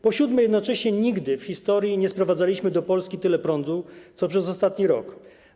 Po szóste, jednocześnie nigdy w historii nie sprowadzaliśmy do Polski tyle prądu, co przez ostatni rok.